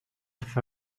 for